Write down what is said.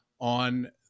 on